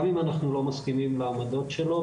גם אם אנחנו לא מסכימים לעמדות שלו,